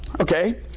Okay